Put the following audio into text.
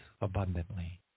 abundantly